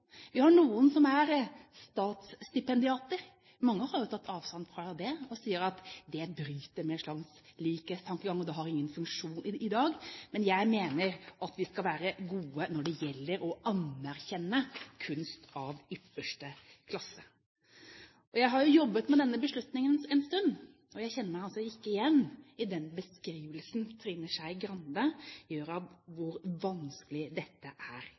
Vi har noen som er statsstipendiater. Mange har jo tatt avstand fra det og sier at det bryter med en slags likhetstankegang, og at det ikke har noen funksjon i dag, men jeg mener at vi skal være gode når det gjelder å anerkjenne kunst av ypperste klasse. Jeg har jobbet med denne beslutningen en stund, og jeg kjenner meg ikke igjen i den beskrivelsen Trine Skei Grande gir av hvor vanskelig dette er.